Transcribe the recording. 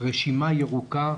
רשימה ירוקה,